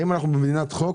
האם אנחנו במדינת חוק